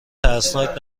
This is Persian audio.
ترسناک